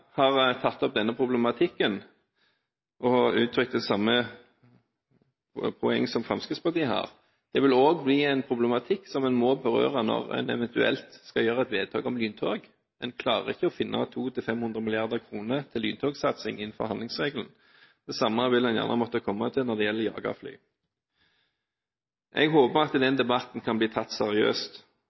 har tatt opp denne problematikken og har uttrykt det samme poeng som Fremskrittspartiet har. Dette vil også bli en problematikk som en må berøre når en eventuelt skal gjøre et vedtak om lyntog – en klarer ikke å finne 200–500 mrd. kr til lyntogsatsing innenfor handlingsregelen. Det samme vil en gjerne måtte komme til når det gjelder jagerfly. Jeg håper at den debatten kan bli tatt seriøst